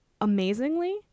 amazingly